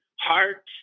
Heart